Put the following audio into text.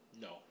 No